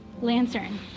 lantern